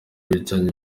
bicanyi